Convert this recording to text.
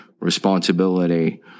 responsibility